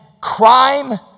crime